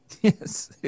Yes